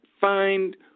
find